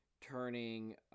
turning